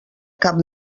cap